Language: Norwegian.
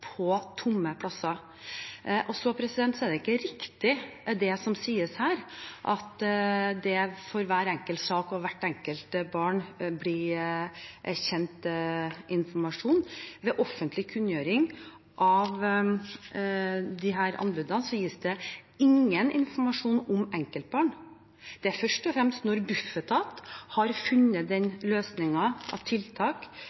på tomme plasser. Så er det ikke riktig det som sies her, at for hver enkelt sak og hvert enkelt barn blir informasjon gjort kjent. Ved offentlig kunngjøring av disse anbudene gis det ingen informasjon om enkeltbarn. Det er først og fremst når Bufetat har funnet